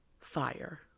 fire